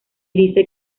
dice